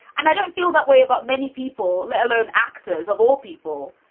and i don't feel that way about many people, let alone actors of all people.